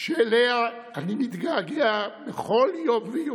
שאליה אני מתגעגע בכל יום ויום.